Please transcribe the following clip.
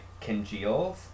congeals